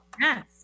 Yes